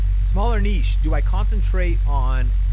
smaller niche, do i concentrate on